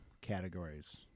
categories